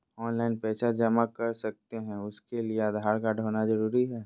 Online पैसा जमा कर सकते हैं उसके लिए आधार कार्ड होना जरूरी है?